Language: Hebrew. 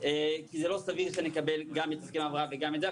כי זה לא סביר שנקבל גם את הסכם ההבראה וגם את זה.